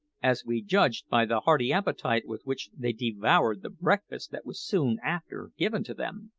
as we judged by the hearty appetite with which they devoured the breakfast that was soon after given to them.